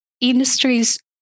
industries